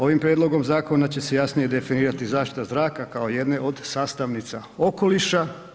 Ovim prijedlogom zakona će se jasnije definirati zaštita zraka kao jedne od sastavnica okoliša.